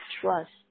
trust